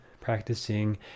practicing